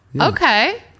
okay